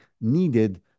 needed